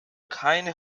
keine